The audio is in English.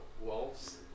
wolves